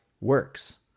works